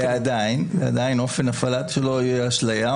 ועדיין אופן ההפעלה שלו היא אשליה,